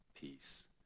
peace